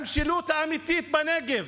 המשילות האמיתית בנגב,